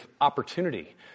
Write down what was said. opportunity